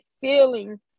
feeling